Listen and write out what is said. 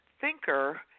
thinker